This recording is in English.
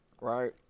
right